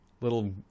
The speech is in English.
little